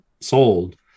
sold